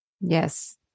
Yes